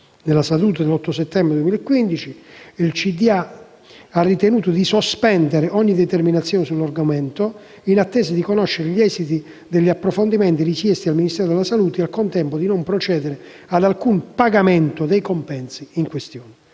Nella seduta dell'8 settembre 2015, il consiglio di amministrazione ha ritenuto di sospendere ogni determinazione sull'argomento, in attesa di conoscere gli esiti degli approfondimenti richiesti al Ministero della salute, e, al contempo, di non procedere ad alcun pagamento dei compensi in questione.